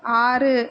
ஆறு